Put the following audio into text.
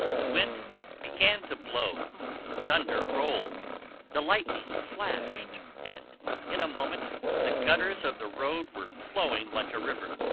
the wind began to blow the thunder rolled the lightning flashed, and in a moment the gutters of the road were flowing like a river.